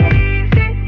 easy